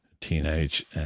Teenage